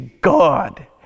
God